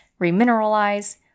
remineralize